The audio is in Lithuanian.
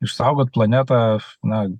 išsaugot planetą na